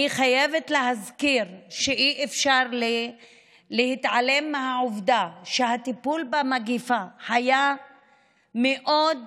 אני חייבת להזכיר שאי-אפשר להתעלם מהעובדה שהטיפול במגפה היה מאוד